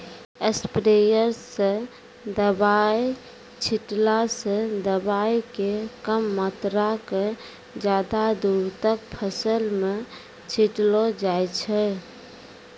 sprayer स दवाय छींटला स दवाय के कम मात्रा क ज्यादा दूर तक फसल मॅ छिटलो जाय छै